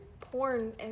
porn